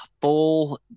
full